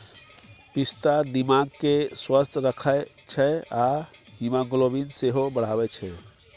पिस्ता दिमाग केँ स्वस्थ रखै छै आ हीमोग्लोबिन सेहो बढ़ाबै छै